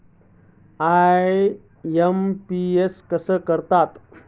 IMPS कसे करतात?